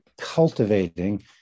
cultivating